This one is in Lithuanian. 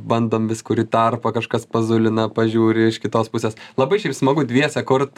bandom vis kur į tarpą kažkas pazulina pažiūri iš kitos pusės labai šiaip smagu dviese kurt